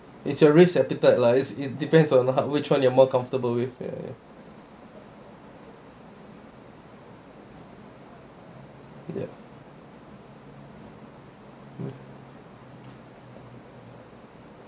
it's your risk appetite lah it's it depends on your heart which one you are more comfortable with ya ya ya ya mm